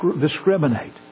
discriminate